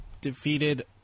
defeated